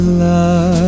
love